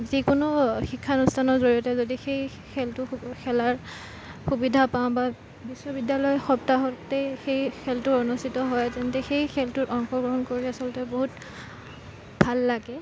যিকোনো শিক্ষানুষ্ঠানৰ জৰিয়তে যদি সেই খেলটো খেলাৰ সুবিধা পাওঁ বা বিশ্ববিদ্য়ালয় সপ্তাহতেই সেই খেলটোৰ অনুষ্ঠিত হয় তেন্তে সেই খেলটোত অংশগ্ৰহণ কৰি আচলতে বহুত ভাল লাগে